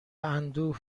اندوه